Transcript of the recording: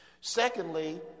Secondly